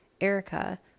Erica